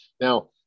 Now